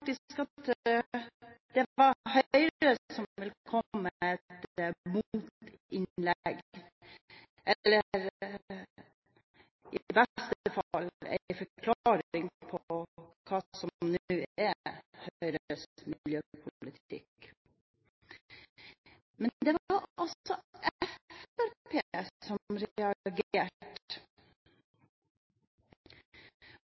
var Høyre som ville komme med et motinnlegg – eller i beste fall en forklaring på hva som nå er Høyres miljøpolitikk. Men det var